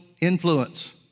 influence